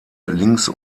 links